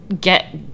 get